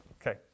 Okay